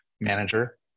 manager